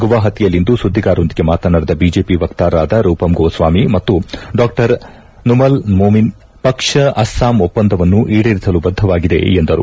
ಗುವಾಪತಿಯಲ್ಲಿಂದು ಸುದ್ಗಾರರೊಂದಿಗೆ ಮಾತನಾಡಿದ ಬಿಜೆಪಿ ವಕ್ತಾರರಾದ ರೂಪಂ ಗೋಸ್ವಾಮಿ ಮತ್ತು ಡಾ ಸುಮಲ್ ಮೊಮಿನ್ ಪಕ್ಷ ಅಸ್ವಾಂ ಒಪ್ಪಂದವನ್ನು ಈಡೇರಿಸಲು ಬದ್ದವಾಗಿದೆ ಎಂದರು